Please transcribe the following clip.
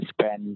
spend